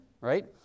Right